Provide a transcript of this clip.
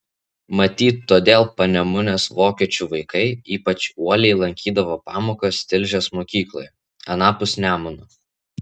matyt todėl panemunės vokiečių vaikai ypač uoliai lankydavo pamokas tilžės mokykloje anapus nemuno